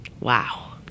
Wow